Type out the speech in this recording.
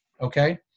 okay